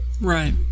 Right